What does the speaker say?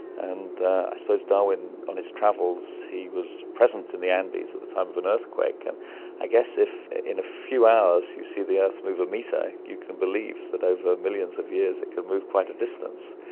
and i suppose darwin on his travels. he was present in the andes at the time of an earthquake, and i guess if in a few hours you see the earth move a metre, you can believe that over millions of years it can move quite a distance.